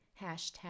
hashtag